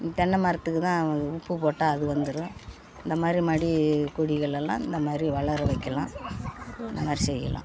தென்னமரத்துக்கு தான் அது உப்பு போட்டால் அது வந்துடும் இந்த மாதிரி மடி கொடிகளை எல்லாம் இந்த மாதிரி வளர வைக்கலாம் இந்த மாதிரி செய்யலாம்